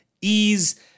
ease